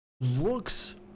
looks